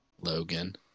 Logan